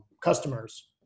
customers